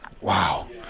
wow